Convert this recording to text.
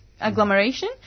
agglomeration